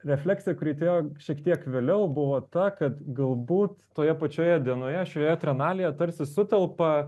refleksija kuri atėjo šiek tiek vėliau buvo ta kad galbūt toje pačioje dienoje šioje trienalėje tarsi sutelpa